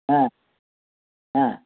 হ্যাঁ হ্যাঁ